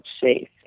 safe